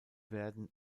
werden